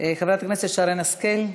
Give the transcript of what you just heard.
חברת הכנסת שרן השכל,